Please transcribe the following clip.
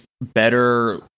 better